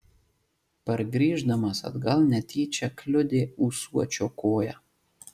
pargrįždamas atgal netyčia kliudė ūsuočio koją